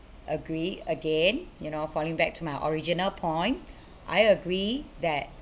agree again you know falling back to my original point I agree that